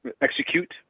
execute